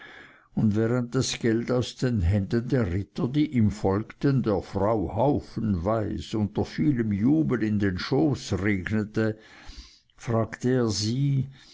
und während das geld aus den händen der ritter die ihm folgten der frau haufenweis unter vielem jubel in den schoß regnete fragte er sie